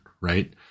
right